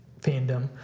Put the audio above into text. fandom